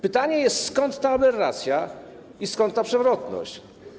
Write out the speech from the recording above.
Pytanie, skąd ta aberracja i skąd ta przewrotność.